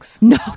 No